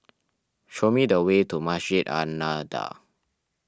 show me the way to Masjid An Nahdhah